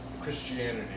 Christianity